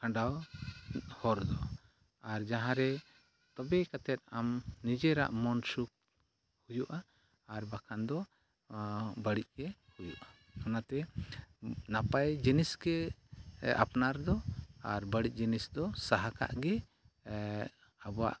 ᱠᱷᱟᱸᱰᱟᱣ ᱦᱚᱨ ᱫᱚ ᱟᱨ ᱡᱟᱦᱟᱸᱨᱮ ᱛᱚᱵᱮ ᱠᱟᱛᱮᱫ ᱟᱢ ᱱᱤᱡᱮᱨᱟᱜ ᱢᱚᱱᱥᱩᱠ ᱦᱩᱭᱩᱜᱼᱟ ᱟᱨ ᱵᱟᱝᱠᱷᱟᱱ ᱫᱚ ᱵᱟᱹᱲᱤᱡ ᱜᱮ ᱦᱩᱭᱩᱜᱼᱟ ᱚᱱᱟᱛᱮ ᱱᱟᱯᱟᱭ ᱡᱤᱱᱤᱥ ᱜᱮ ᱟᱯᱱᱟᱨ ᱫᱚ ᱟᱨ ᱵᱟᱹᱲᱤᱡ ᱡᱤᱱᱤᱥ ᱫᱚ ᱥᱟᱦᱟ ᱠᱟᱜᱼᱜᱮ ᱟᱵᱚᱣᱟᱜ